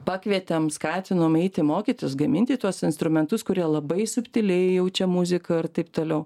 pakvietėm skatinom eiti mokytis gaminti tuos instrumentus kurie labai subtiliai jaučia muziką ir taip toliau